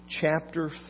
chapter